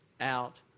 out